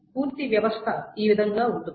పూర్తి వ్యవస్థ ఈ విధంగా ఉంటుంది